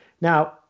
Now